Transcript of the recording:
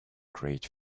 great